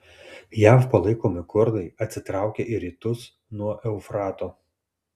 jav palaikomi kurdai atsitraukė į rytus nuo eufrato